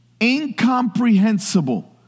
incomprehensible